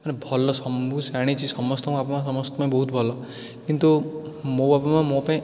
ମାନେ ଭଲ ଶମ୍ଭୁ ଜାଣିଛି ସମସ୍ତଙ୍କ ବାପା ମା' ସମସ୍ତଙ୍କ ପାଇଁ ବହୁତ ଭଲ କିନ୍ତୁ ମୋ ବାପା ମା' ମୋ ପାଇଁ